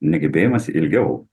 negebėjimas ilgiau